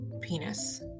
penis-